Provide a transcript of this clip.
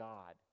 God